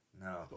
No